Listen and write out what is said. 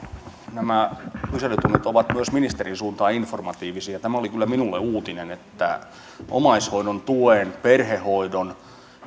nämä kyselytunnit ovat myös ministerin suuntaan informatiivisia tämä oli kyllä minulle uutinen että omaishoidon tuen perhehoidon